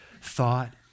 thought